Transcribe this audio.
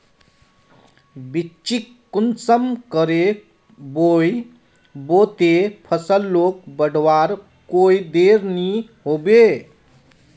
बिच्चिक कुंसम करे बोई बो ते फसल लोक बढ़वार कोई देर नी होबे?